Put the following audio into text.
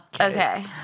Okay